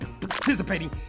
participating